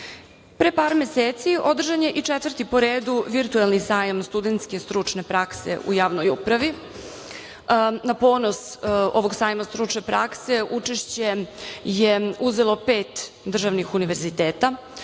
par meseci održan je i četvrti po redu virtuelni sajam studenske stručne prakse u javnoj upravi. Na ponos ovog sajma stručne prakse učešće je uzelo pet državnih univerziteta,